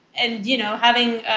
and, you know, having